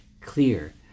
clear